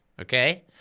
okay